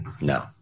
No